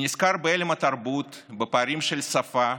אני נזכר בהלם התרבות, בפערים של שפה,